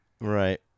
Right